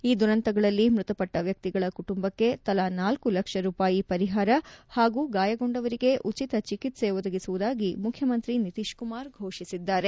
ಈ ದುರಂತಗಳಲ್ಲಿ ಮೃತಪಟ್ಟ ವ್ಹಕ್ತಿಗಳ ಕುಟುಂಬಕ್ಕೆ ತಲಾ ನಾಲ್ತು ಲಕ್ಷ ರೂಪಾಯಿ ಪರಿಹಾರ ಹಾಗೂ ಗಾಯಗೊಂಡವರಿಗೆ ಉಚಿತ ಚಿಕಿತ್ಸೆ ಒದಗಿಸುವುದಾಗಿ ಮುಖ್ಯಮಂತ್ರಿ ನಿತೀತ್ ಕುಮಾರ್ ಘೋಷಿಸಿದ್ದಾರೆ